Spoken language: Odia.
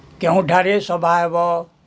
କେଉଁଠାରେ ସଭା ହେବ